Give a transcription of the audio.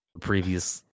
previous